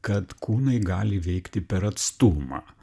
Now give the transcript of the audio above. kad kūnai gali veikti per atstumą